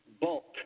bulk